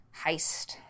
heist